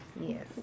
Yes